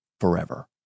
forever